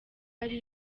hari